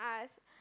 ask